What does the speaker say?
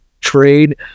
trade